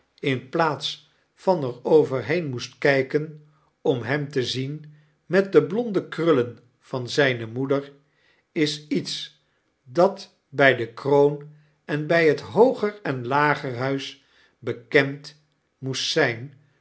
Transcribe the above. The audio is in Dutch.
in plaats van er overheen moest kyken om hem te zien met de blonde krullen van zyne moeder is iets dat by de kroon en bij het hooger en lagerhuis bekend moest zyn